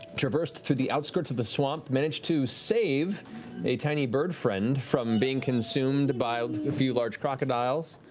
traversed through the outskirts of the swamp, managed to save a tiny bird friend from being consumed by a few large crocodiles